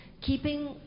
keeping